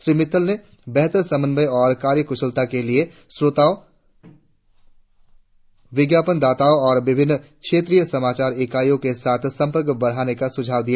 श्री मित्तल ने बेहतर समन्वय और कार्य कुशलता के लिए श्रोताओं विज्ञापन दाताओं और विभिन्न क्षेत्रीय समाचार एकांशों के साथ संपर्क बढ़ाने का सुझाव दिया